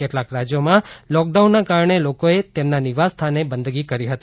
કેટલાક રાજ્યોમાં લોકડાઉનના કારણે લોકોએ તેમના નિવાસ સ્થાને બંદગી કરી હતી